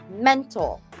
mental